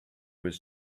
his